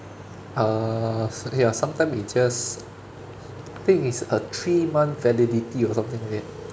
uh s~ ya sometimes it just I think it's a three month validity or something like that